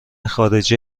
خارجی